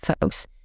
folks